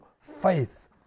faith